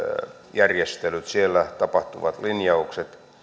järjestelyt siellä tapahtuvat linjaukset